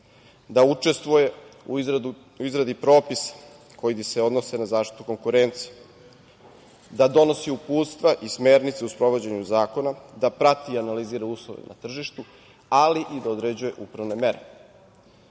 Da učestvuje u izradi propisa koji se odnose na zaštitu konkurencije, da donosi uputstva i smernice u sprovođenju zakona, da prati i analizira uslove na tržištu ali i da određuje upravne mere.